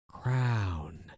crown